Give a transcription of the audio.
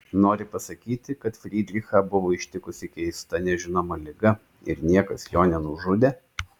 nori pasakyti kad frydrichą buvo ištikusi keista nežinoma liga ir niekas jo nenužudė